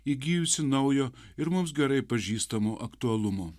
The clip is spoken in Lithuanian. įgijusi naujo ir mums gerai pažįstamo aktualumo